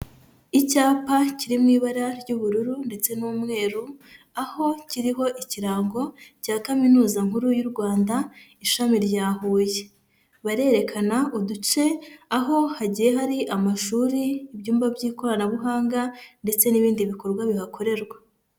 Icyapa kiri mu ibara ry'ubururu ndetse n'umweru, aho kiriho ikirango cya Kaminuza nkuru y'u Rwanda, ishami rya Huye. Barerekana uduce aho hagiye hari amashuri, ibyumba by'ikoranabuhanga ndetse n'ibindi bikorwa bihakorerwa.